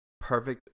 perfect